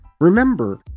remember